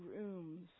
rooms